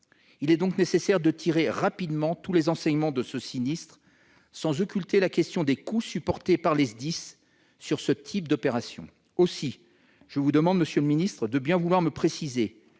Il est donc nécessaire de tirer rapidement tous les enseignements de ce sinistre, sans occulter la question des coûts supportés par les SDIS pour ce type d'opérations. Aussi je vous demande, monsieur le ministre, de bien vouloir préciser